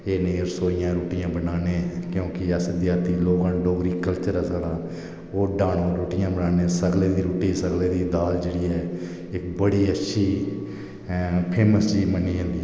अह नेहियां रसोइयां रुट्टियां बनान्ने आं क्योंकि अस देहाती लोग आं डोगरी कल्चर अस बड़ा धार्मिक रुट्टियां बनान्ने सगले आहली दाल जेहड़ी ऐ इक बड़ी अच्छी इक फैमस चीज बनदी ऐ